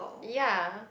ya